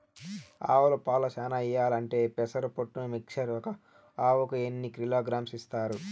ఆవులు పాలు చానా ఇయ్యాలంటే పెసర పొట్టు మిక్చర్ ఒక ఆవుకు ఎన్ని కిలోగ్రామ్స్ ఇస్తారు?